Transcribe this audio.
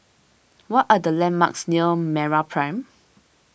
what are the landmarks near MeraPrime